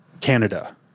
Canada